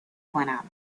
کنم